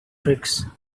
tricks